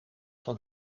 van